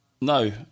No